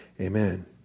Amen